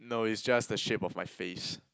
no it's just the shape of my face